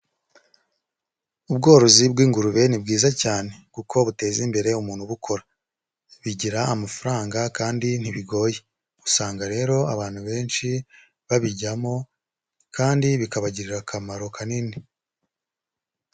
Ubworozi bw'ingurube ni bwiza cyane, kuko buteza imbere umuntu ubukora, bigira amafaranga kandi ntibigoye, usanga rero abantu benshi babijyamo kandi bikabagirira akamaro kanini.